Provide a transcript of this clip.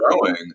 growing